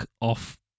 off